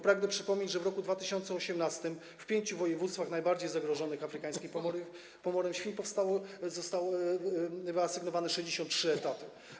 Pragnę przypomnieć, że w roku 2018 w pięciu województwach najbardziej zagrożonych afrykańskim pomorem świń zostały wyasygnowane 63 etaty.